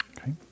Okay